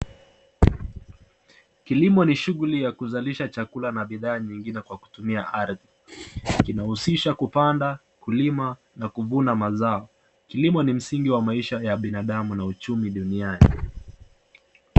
Kilimo ni shughuli ya kuzalisha chakula na bidhaa mingi kwa kutumia ardhi. Inahusisha kupanda, kulima na kuvuna mazao. Kilimo mi msingi wa maisha ya binadamu na uchumi duniani.